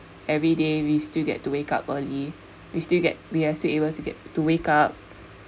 every day we still get to wake up early we still get we are still able to get to wake up